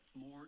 more